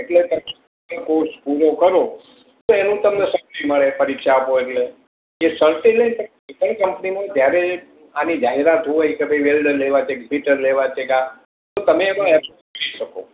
એટલે તમે જે કોર્સ પૂરો કરો તો એનું તમને સર્ટી મળે પરીક્ષા આપો એટલે એ સર્ટી લઈને તમે કોઈ કંપનીમાં જયારે આની જાહેરાત હોય કે ભાઈ વેલ્ડર લેવા છે કે ફીટર લેવા છે કે આ તો તમે એમાં એપ્લાય કરી શકો